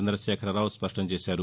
చంద్రదేఖరరావు స్పష్టం చేశారు